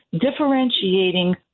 differentiating